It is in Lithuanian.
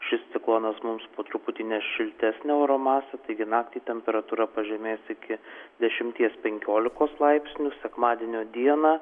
šis ciklonas mums po truputį nes šiltesnio oro masę taigi naktį temperatūra pažemės iki dešimties penkiolikos laipsnių sekmadienio dieną